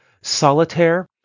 solitaire